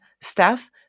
staff